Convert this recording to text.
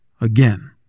again